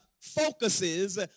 focuses